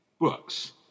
Books